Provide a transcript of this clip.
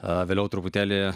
o vėliau truputėlį